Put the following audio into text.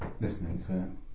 Listening